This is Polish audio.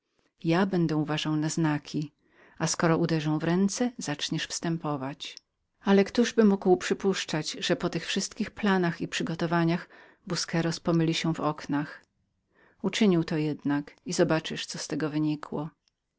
ja będę uważał na znaki a skoro uderzę w ręce zaczniesz wstępować ale ktożby mógł sądzić że po tych planach i przygotowaniach busqueros pomylił się w oknach uczynił to jednak i zobaczysz co z tego wynikło